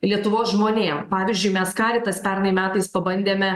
lietuvos žmonėm pavyzdžiui mes caritas pernai metais pabandėme